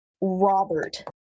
Robert